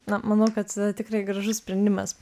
na manau kad tikrai gražus sprendimas